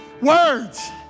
Words